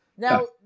Now